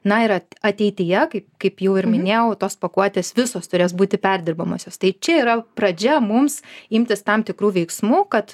na ir ateityje kaip kaip jau ir minėjau tos pakuotės visos turės būti perdirbamosios tai čia yra pradžia mums imtis tam tikrų veiksmų kad